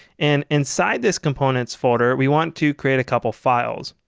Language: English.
and inside this components folder we want to create a couple files,